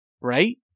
right